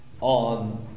on